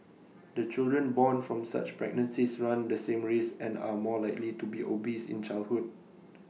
the children born from such pregnancies run the same risk and are more likely to be obese in childhood